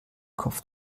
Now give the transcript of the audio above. kopf